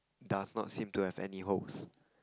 does not seem to have any holes